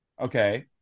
Okay